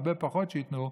הרבה פחות שייתנו,